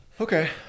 okay